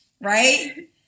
right